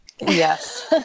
Yes